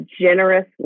generous